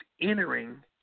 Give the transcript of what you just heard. entering